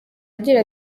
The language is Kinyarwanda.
agira